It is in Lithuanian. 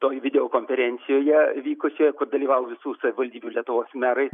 toj video konferencijoje vykusioje kur dalyvavo visų savivaldybių lietuvos merai